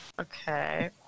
Okay